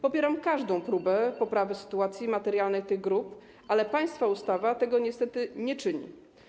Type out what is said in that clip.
Popieram każdą próbę poprawy sytuacji materialnej tych grup, ale państwa ustawa niestety tego nie czyni.